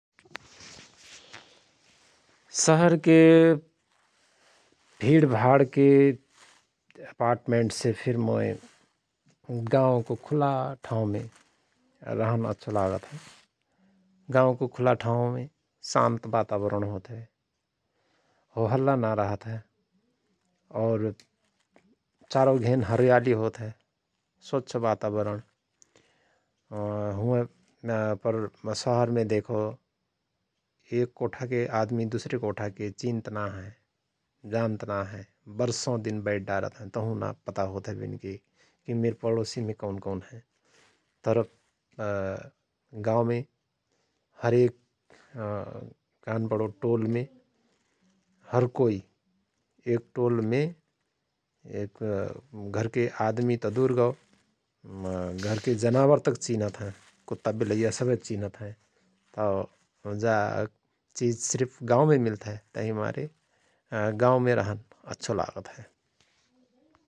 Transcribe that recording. शहरके भिडभाडके अपार्टमेन्टसे फिर मोय गाउँको खुला ठाउँमे रहन अच्छो लागत हय । गाउँको खुला ठाउँमे शान्त बातावरण होत हय । हो हल्ला ना रहतहय और चारउ घेन हरयाली होत हय स्वच्छ बातावरण । हुअए पर शहरमे देखओ एक कोठाके आदमि दुसरे कोठाके आदमि चिन्त ना हय जान्त ना हय । बर्षौ दिन बैठ डारत हय तहुँ ना पता होतय विनके कि मिर परोसिमे कौन कौन हयं । तर गाउँमे हरेक कहन पणो टोलमे हरकोई एक टोलमे एक घरके आदमि त दुर गओ घरके जनावर तक चिनत हयँ कुत्ता विलैया सवय चिनत हयँ । तओ जा चिझ सिर्फ गाउँमे मिल्त हय तहिमारे गाओंमे रहन अच्छो लागत हय ।